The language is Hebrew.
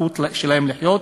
שלושת מקרי הרצח.